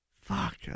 Fuck